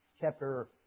chapter